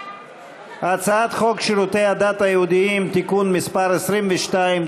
הצעת חוק שירותי הדת היהודיים (תיקון מס' 22),